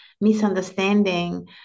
misunderstanding